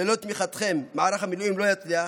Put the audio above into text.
ללא תמיכתכם מערך המילואים לא יצליח,